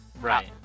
Right